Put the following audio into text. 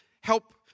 help